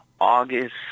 August